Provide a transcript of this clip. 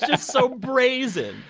so brazen.